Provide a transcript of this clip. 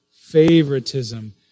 favoritism